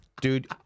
Dude